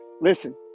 Listen